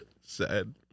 Sad